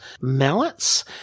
mallets